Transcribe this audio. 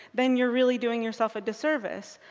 then you're really doing yourself a disservice.